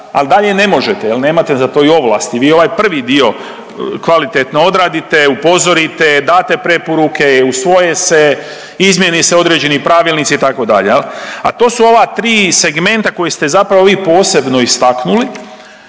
ali dalje ne možete, je li, nemate za to i ovlasti. Vi i ovaj prvi dio kvalitetno odradite, upozorite, date preporuke, usvoje se, izmijeni se određeni pravilnici, itd., a to su ova 3 segmenta koja ste zapravo vi posebno istaknuli,